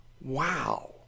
Wow